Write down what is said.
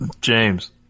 James